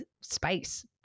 space